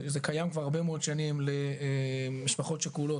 זה קיים כבר הרבה מאוד שנים למשפחות שכולות,